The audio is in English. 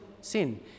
sin